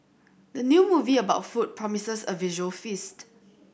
the new movie about food promises a visual feast